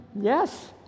Yes